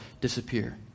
disappear